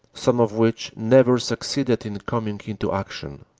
some of which never succeeded in coming into action.